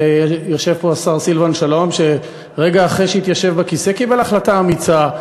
יושב פה השר סילבן שלום שרגע אחרי שהתיישב בכיסא קיבל החלטה אמיצה,